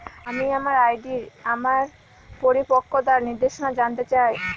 আমি আমার আর.ডি এর আমার পরিপক্কতার নির্দেশনা জানতে চাই